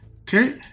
Okay